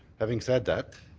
having said that,